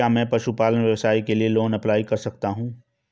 क्या मैं पशुपालन व्यवसाय के लिए लोंन अप्लाई कर सकता हूं?